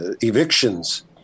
evictions